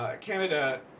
Canada